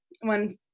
one